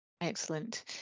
Excellent